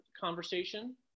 conversation